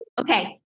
Okay